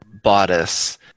bodice